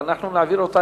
אבל אנחנו נעביר אותה,